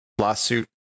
lawsuit